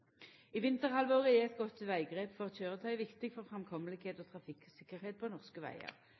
I vinterhalvåret er eit godt veggrep for køyretøy viktig for framkome og trafikktryggleik på norske vegar.